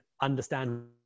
understand